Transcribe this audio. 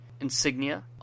insignia